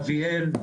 בן אביאל,